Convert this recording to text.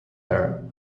her